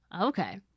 okay